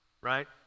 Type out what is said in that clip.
right